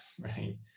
right